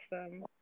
awesome